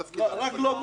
רק לא מוסרי.